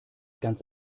ganz